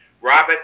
Robert